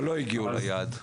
אבל לא הגיעו ליעד.